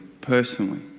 personally